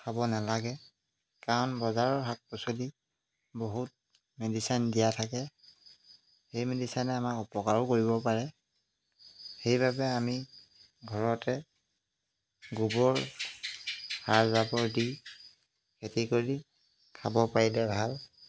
খাব নালাগে কাৰণ বজাৰৰ শাক পাচলি বহুত মেডিচিন দিয়া থাকে সেই মেডিচিনে আমাক অপকাৰো কৰিব পাৰে সেইবাবে আমি ঘৰতে গোবৰ সাৰ জাবৰ দি খেতি কৰি খাব পাৰিলে ভাল